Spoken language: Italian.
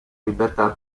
libertà